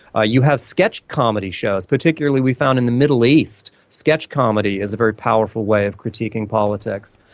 ah you have sketch comedy shows. particularly we found in the middle east sketch comedy is a very powerful way of critiquing politics.